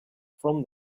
from